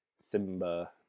Simba